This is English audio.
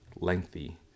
lengthy